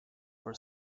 for